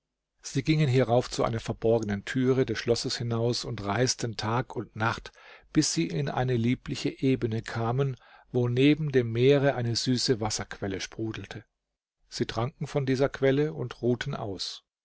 sie gingen hierauf zu einer verborgenen türe des schlosses hinaus und reisten tag und nacht bis sie in eine liebliche ebene kamen wo neben dem meere eine süße wasserquelle sprudelte sie tranken von dieser quelle und ruhten aus